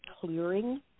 clearing